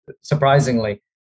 surprisingly